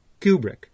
Kubrick